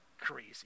crazy